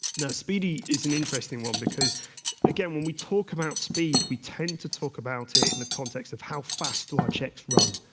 speedy is an interesting one, because when we talk about speed, we tend to talk about it in the context of how fast will our checks run?